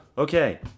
Okay